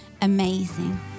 amazing